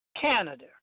Canada